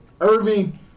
Irving